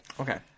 Okay